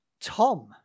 Tom